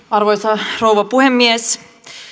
arvoisa rouva puhemies